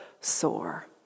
sore